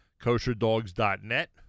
kosherdogs.net